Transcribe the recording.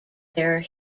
their